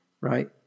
right